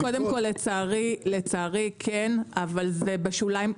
קודם כל, לצערי כן, אבל זה בשוליים.